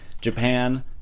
Japan